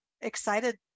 excited